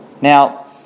Now